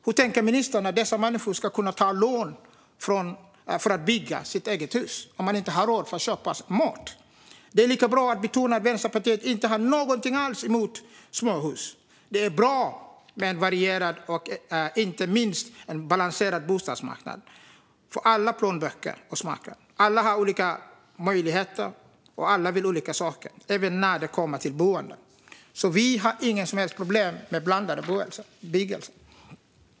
Hur tänker ministern att dessa människor ska kunna ta lån för att bygga sig ett hus om de inte har råd att köpa mat? Det är lika bra att betona att Vänsterpartiet inte har någonting emot småhus. Det är bra med en varierad och inte minst en balanserad bostadsmarknad för alla plånböcker och smaker. Alla har olika möjligheter, och alla vill olika saker - även när det kommer till boende. Vänsterpartiet har inga som helst problem med blandad bebyggelse.